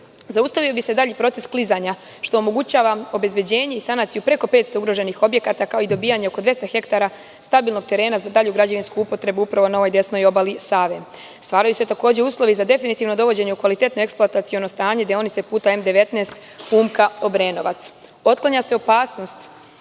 zaustavio bi se dalji proces klizanja, što omogućava obezbeđenje i sanaciju preko 500 ugroženih objekata, kao i dobijanje oko 200 ha stabilnog terena za dalju građevinsku upotrebu, upravo na ovoj desnoj obali Save. Stvaraju se uslovi za definitivno dovođenje u kvalitetno eksploataciono stanje deonice puta M19 Umka-Obrenovac.